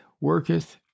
worketh